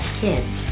kids